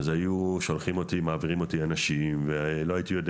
היו מעבירים אותי לאנשים ולא הייתי יודע